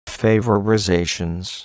favorizations